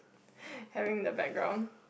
having the background